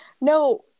No